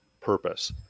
purpose